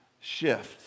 shift